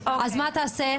אז מה תעשה?